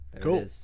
Cool